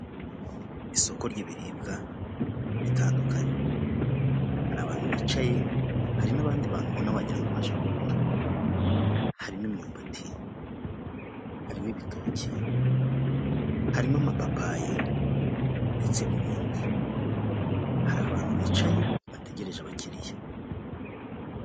Isoko ry'ibiribwa bitandukanye. Hari abantu bicaye, hari n'abandi bantu ubona wagira ngo baje kugura. Harimo imyumbati, harimo ibitoki, harimo amapapayi ndetse n'ibindi. Hari abantu bicaye bategereje abakiriya.